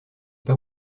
pas